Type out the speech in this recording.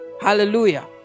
Hallelujah